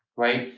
right?